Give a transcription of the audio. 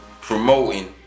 promoting